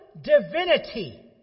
divinity